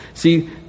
See